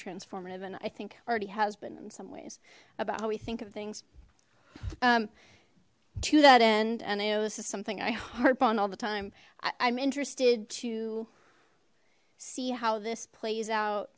transformative and i think already has been in some ways about how we think of things to that end and i know this is something i harp on all the time i'm interested to see how this plays out